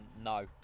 no